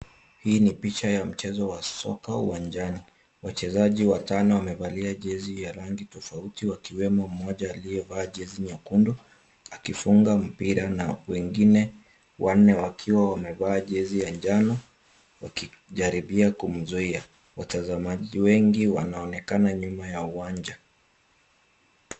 Hii ni picha ya mchezo wa soka uwanjani. Wachezaji watano wamevalia jezi ya rangi tofauti, wakiwemo mmoja aliyevalia jezi nyekundu, akifunga mpira na wengine wanne wakiwa wamevaa jezi ya njano wakijaribia kumzuia. Watazamaji wengi wanaonekana nyuma ya uwanja